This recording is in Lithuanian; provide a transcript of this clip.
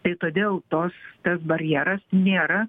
tai todėl tos tas barjeras nėra